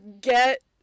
get